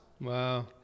Wow